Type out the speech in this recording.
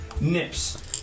nips